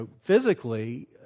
physically